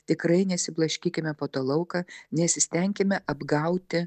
tikrai nesiblaškykime po tą lauką nesistenkime apgauti